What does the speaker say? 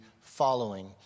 following